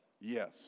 Yes